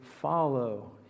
follow